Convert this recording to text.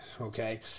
Okay